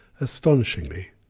Astonishingly